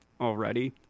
already